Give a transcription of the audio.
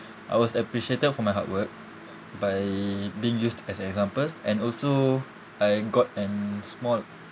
I was appreciated for my hard work by being used as an example and also I got an small